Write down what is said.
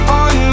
on